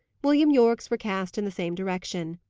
william yorke's were cast in the same direction.